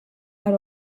are